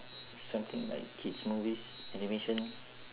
something like kids' movies animation